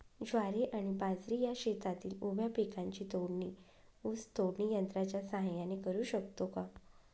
ज्वारी आणि बाजरी या शेतातील उभ्या पिकांची तोडणी ऊस तोडणी यंत्राच्या सहाय्याने करु शकतो का?